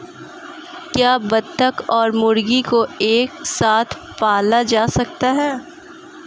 क्या बत्तख और मुर्गी को एक साथ पाला जा सकता है?